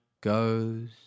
goes